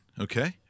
Okay